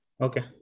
Okay